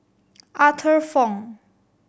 Arthur Fong